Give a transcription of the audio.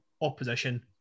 opposition